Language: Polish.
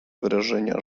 wyrażenia